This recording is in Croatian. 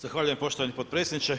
Zahvaljujem poštovani potpredsjedniče.